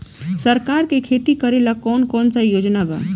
सरकार के खेती करेला कौन कौनसा योजना बा?